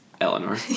Eleanor